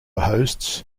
hosts